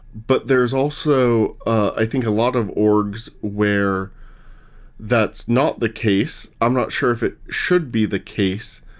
but there is also i think a lot of orgs where that's not the case. i'm not sure if it should be the case.